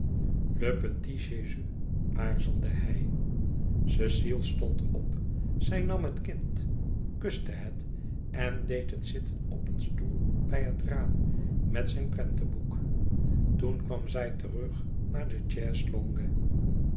petit jésus aarzelde hij cecile stond op zij nam het kind kuste het en deed het zitten op een stoel bij het raam met zijn prentenboek toen kwam zij terug naar de